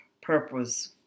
purpose